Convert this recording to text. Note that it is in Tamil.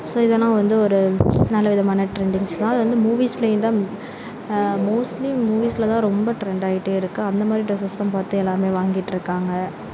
ஸோ இதெலான் வந்து ஒரு நல்ல விதமான டிரெண்டிங்ஸ்தான் அது வந்து மூவீஸ்லையுந்தான் மோஸ்ட்லி மூவீஸில்தான் ரொம்ப டிரெண்டாயிகிட்டே இருக்கு அந்தமாதிரி டிரெஸஸ்தான் பார்த்து எல்லாருமே வாங்கிட்யிருக்காங்க